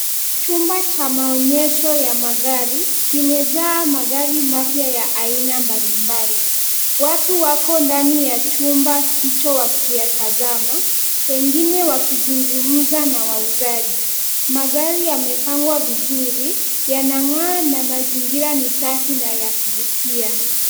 Chumba cha maonyesho ya magari. kimejaa magari mapya ya aina mbalimbali. Watu wako ndani ya chumba hicho wakiyatazama, wengine wakizungumza na wauzaji. Magari yamepangwa vizuri, yanang'aa na mazingira ni safi na ya kuvutia.